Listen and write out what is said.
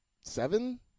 seven